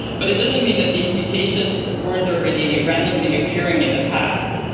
but it doesn't mean that these mutations weren't already randomly occurring in the past.